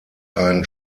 ein